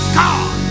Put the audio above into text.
god